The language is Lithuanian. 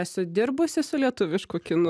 esu dirbusi su lietuvišku kinu